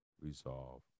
resolve